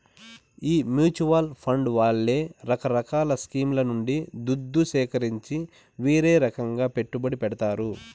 ఈ mutual fund వాళ్లే రకరకాల స్కీంల నుండి దుద్దు సీకరించి వీరే రకంగా పెట్టుబడి పెడతారు